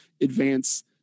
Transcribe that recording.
advance